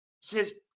says